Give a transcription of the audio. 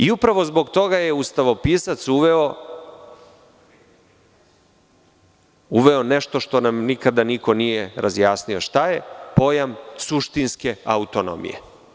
I upravo zbog toga je ustavopisac uveo nešto što nam niko nikada nije razjasnio - šta je pojam suštinske autonomije?